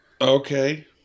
okay